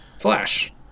Flash